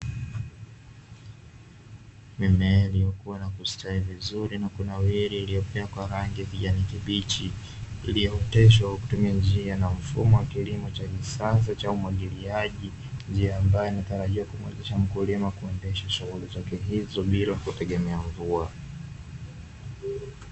Mimea iliyokua na kustawi vizuri na kunawiri iliyopea kwa rangi ya kijani kibichi, iliyooteshwa kwa kutumia njia na mfumo wa kilimo cha kisasa cha umwagiliaji, njia ambayo inatarajiwa kumuwezesha mkulima kuendesha shughuli zao hizo bila kutegemea mvua.